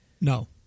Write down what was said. No